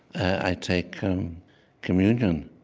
i take communion.